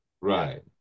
right